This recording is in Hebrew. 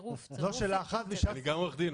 יעקב רוצה לשלוח את האחריות --- אני גם עורך דין,